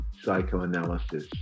psychoanalysis